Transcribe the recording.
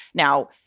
now,